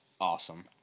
awesome